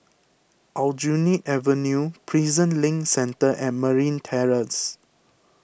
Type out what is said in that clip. Aljunied Avenue Prison Link Centre and Marine Terrace